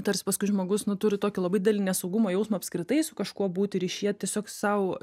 tarsi paskui žmogus nu turi tokį labai didelį nesaugumo jausmą apskritai su kažkuo būti ryšyje tiesiog sau